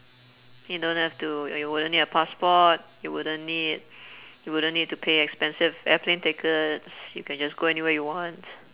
you don't have to you wouldn't need a passport you wouldn't need you wouldn't need to pay expensive airplane tickets you can just go anywhere you want